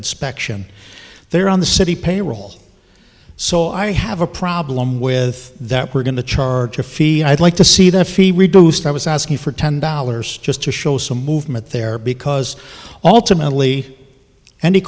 inspection they're on the city payroll so i have a problem with that we're going to charge a fee i'd like to see that fee reduced i was asking for ten dollars just to show some movement there because